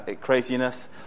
craziness